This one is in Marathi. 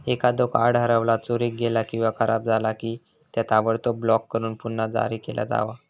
एखादो कार्ड हरवला, चोरीक गेला किंवा खराब झाला की, त्या ताबडतोब ब्लॉक करून पुन्हा जारी केला जावा